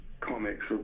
comics